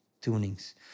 tunings